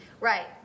Right